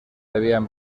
habían